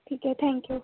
ठीक आहे थँक्यू